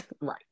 Right